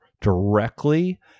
directly